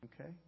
Okay